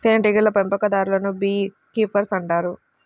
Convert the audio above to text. తేనెటీగల పెంపకందారులను bee keepers అంటారు